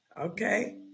Okay